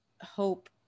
hope